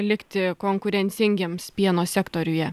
likti konkurencingiems pieno sektoriuje